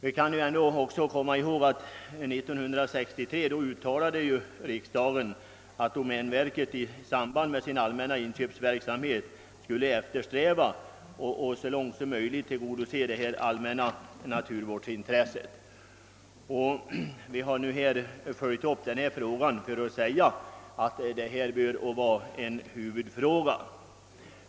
Vi skall också komma ihåg att riksdagen år 1963 uttalade att domänverket i samband med sin allmänna inköps verksamhet skulle eftersträva att så långt som möjligt tillgodose allmänna naturvårdsintressen. Vi har nu följt upp ärendet för att understryka att detta bör vara en huvudfråga.